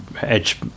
Edge